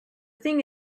thing